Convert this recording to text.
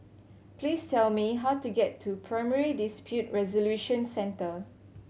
please tell me how to get to Primary Dispute Resolution Centre